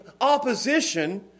opposition